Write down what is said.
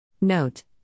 Note